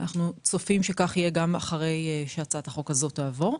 ואנחנו צופים שכך יהיה גם אחרי שהצעת החוק הזאת תעבור.